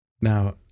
Now